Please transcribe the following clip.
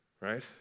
right